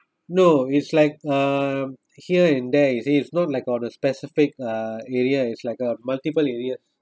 no it's like um here and there you see it is not like uh order specific uh area is like uh multiple areas